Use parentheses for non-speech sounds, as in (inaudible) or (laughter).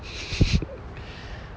(laughs)